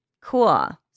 Cool